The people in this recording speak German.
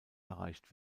erreicht